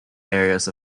areas